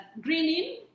greening